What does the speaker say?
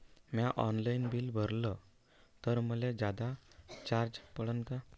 म्या online bill भरलं तर मले जादा चार्ज पडन का?